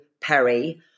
Perry